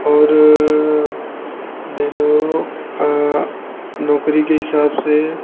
और ले लो नौकरी के हिसाब से